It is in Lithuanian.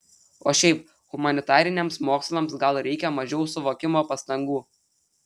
o šiaip humanitariniams mokslams gal reikia mažiau suvokimo pastangų